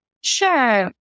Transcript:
Sure